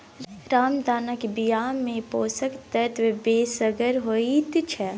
रामदानाक बियामे पोषक तत्व बेसगर होइत छै